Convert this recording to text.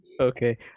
okay